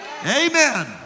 Amen